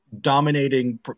dominating